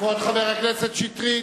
כבוד חבר הכנסת שטרית,